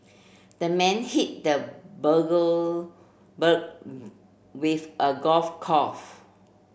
the man hit the with a golf